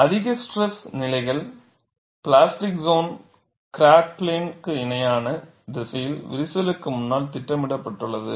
அதிக ஸ்ட்ரெஸ் நிலைகள் plastic zone crack plane இணையான திசையில் விரிசலுக்கு முன்னால் திட்டமிடப்பட்டுள்ளது